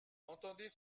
entendez